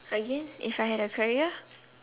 again if I had a career